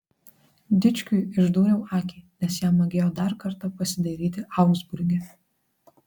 dičkiui išdūriau akį nes jam magėjo dar kartą pasidairyti augsburge